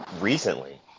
recently